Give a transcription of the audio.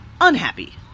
Unhappy